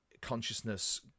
consciousness